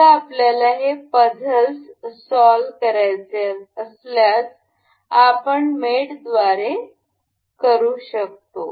आता आपल्याला हे पझल्स सॉल्व करायचे असल्यास आपण मेटद्वारे जाऊ शकतो